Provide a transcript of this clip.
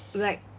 like